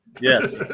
yes